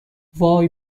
وای